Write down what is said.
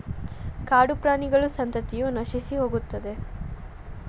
ಕಾಡುಪ್ರಾಣಿಗಳ ಸಂತತಿಯ ನಶಿಸಿಹೋಗುತ್ತದೆ